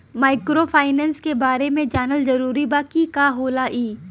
Microfinance के बारे में जानल जरूरी बा की का होला ई?